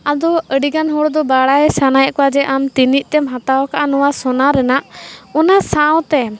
ᱟᱫᱚ ᱟᱹᱰᱤ ᱜᱟᱱ ᱦᱚᱲ ᱫᱚ ᱵᱟᱲᱟᱭ ᱥᱟᱱᱟᱭᱮᱫ ᱠᱚᱣᱟ ᱡᱮ ᱟᱢ ᱛᱤᱱᱟᱹᱜ ᱛᱮᱢ ᱦᱟᱛᱟᱣ ᱟᱠᱟᱫᱼᱟ ᱱᱚᱣᱟ ᱥᱚᱱᱟ ᱨᱮᱱᱟᱜ ᱚᱱᱟ ᱥᱟᱶᱛᱮ